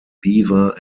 beaver